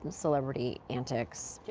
celebrity antics. yeah